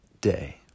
day